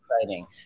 exciting